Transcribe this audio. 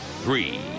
three